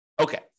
Okay